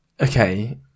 Okay